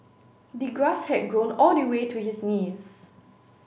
the grass had grown all the way to his knees